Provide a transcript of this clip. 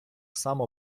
само